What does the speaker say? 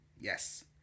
Yes